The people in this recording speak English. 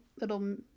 little